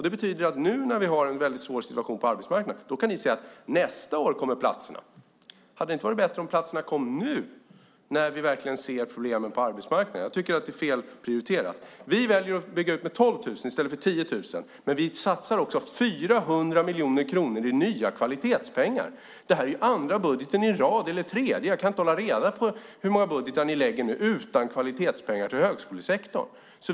Det betyder att nu när vi har en svår situation på arbetsmarknaden säger ni: Nästa år kommer platserna. Hade det inte varit bättre om platserna kommit nu? Jag tycker att det är felprioriterat. Vi väljer att bygga ut med 12 000 platser i stället för 10 000. Vi satsar också 400 miljoner kronor i nya kvalitetspengar. Det här är er andra eller tredje budget i rad utan kvalitetspengar till högskolesektorn.